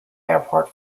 airport